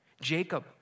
Jacob